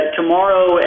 tomorrow